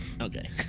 okay